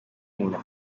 umuntu